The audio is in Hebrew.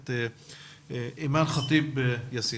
הכנסת אימאן ח'טיב יאסין.